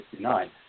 1969